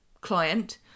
client